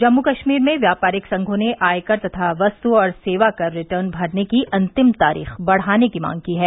जम्मू कश्मीर में व्यापारिक संघों ने आयकर तथा वस्तु और सेवा कर रिटर्न भरने की अंतिम तारीख बढ़ाने की मांग की है